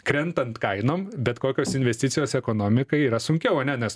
krentant kainom bet kokios investicijos ekonomikai yra sunkiau ane nes